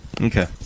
Okay